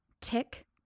Tick